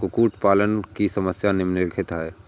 कुक्कुट पालन की समस्याएँ निम्नलिखित हैं